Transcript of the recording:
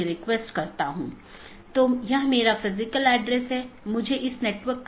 प्रत्येक EBGP router अलग autonomous system में हैं